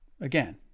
again